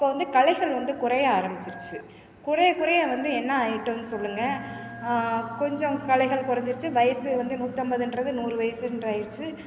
இப்போ வந்து கலைகள் வந்து குறைய ஆரம்பிச்சிருச்சு குறைய குறைய வந்து என்ன ஆகிட்டோம் சொல்லுங்கள் கொஞ்சம் கலைகள் குறைஞ்சிருச்சி வயது வந்து நூற்றைம்பதுன்றது நூறு வயதுன்ற ஆகிருச்சி